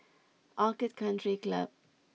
Orchid Country Club